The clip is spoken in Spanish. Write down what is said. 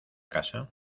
casa